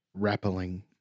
rappelling